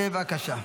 בבקשה.